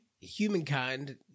humankind